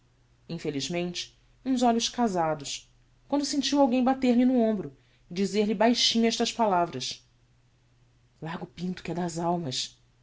infelizmente uns olhos casados quando sentiu alguem bater-lhe no hombro e dizer-lhe baixinho estas palavras larga o pinto que é das almas